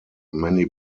many